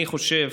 אני חושב,